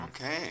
Okay